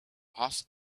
ask